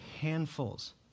handfuls